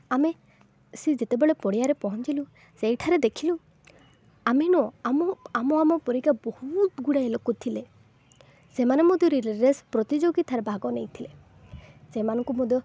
ଆମେ ସେ ଯେତେବେଳେ ପଡ଼ିଆରେ ପହଞ୍ଚିଲୁ ସେଇଠାରେ ଦେଖିଲୁ ଆମେ ନୁହଁ ଆମ ଆମ ଆମ ପରିକା ବହୁତ ଗୁଡ଼ାଏ ଲୋକ ଥିଲେ ସେମାନେ ମଧ୍ୟ ରିଲେ ରେସ୍ ପ୍ରତିଯୋଗିତାରେ ଭାଗ ନେଇଥିଲେ ସେମାନଙ୍କୁ ମଧ୍ୟ